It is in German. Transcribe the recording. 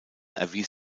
erwies